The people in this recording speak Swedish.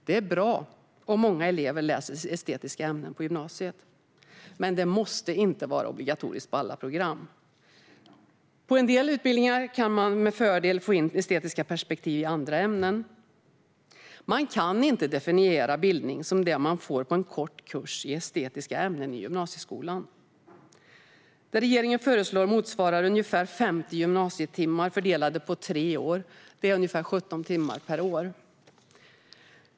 Det är bra om många elever läser estetiska ämnen på gymnasiet. Men det måste inte vara obligatoriskt på alla program. På en del utbildningar kan man med fördel få in estetiska perspektiv i andra ämnen. Man kan inte definiera bildning som det man får på en kort kurs i estetiska ämnen i gymnasieskolan. Det regeringen föreslår motsvarar ungefär 50 gymnasietimmar fördelade på tre år. Det är ungefär 17 timmar per år.